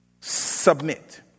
Submit